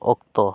ᱚᱠᱛᱚ